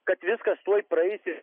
kad viskas tuoj praeisi